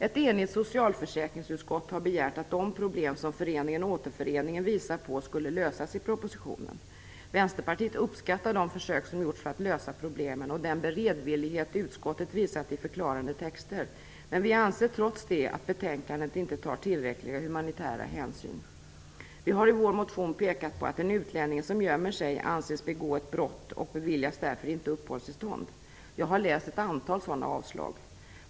Ett enigt socialförsäkringsutskott har begärt att de problem som föreningen Återföreningen visar på skulle lösas i propositionen. Vänsterpartiet uppskattar de försök som gjorts för att lösa problemen och den beredvillighet utskottet visat i förklarande texter. Men vi anser trots det att betänkandet inte tar tillräckliga humanitära hänsyn. Vi har i vår motion pekat på att en utlänning som gömmer sig anses begå ett brott och därför inte beviljas uppehållstillstånd. Jag har läst ett antal sådana avslag.